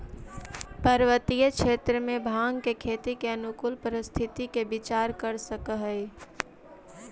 पर्वतीय क्षेत्र में भाँग के खेती के अनुकूल परिस्थिति के विचार कर सकऽ हई